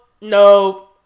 no